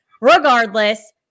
regardless